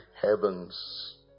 heavens